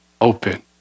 Open